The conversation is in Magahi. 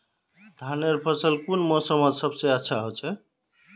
धानेर फसल कुन मोसमोत सबसे अच्छा होचे?